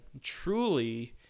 truly